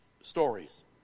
stories